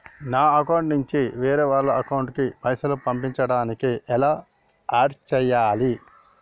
నా అకౌంట్ నుంచి వేరే వాళ్ల అకౌంట్ కి పైసలు పంపించడానికి ఎలా ఆడ్ చేయాలి?